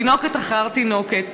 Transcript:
תינוקת אחר תינוקת.